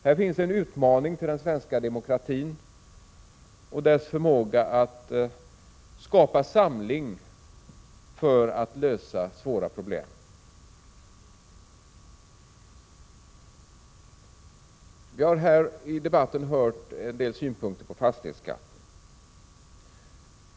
Här finns en utmaning för den svenska demokratin och dess förmåga att skapa samling för att lösa svåra problem. Vi har här i debatten hört en del synpunkter på fastighetsskatten.